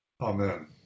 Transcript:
amen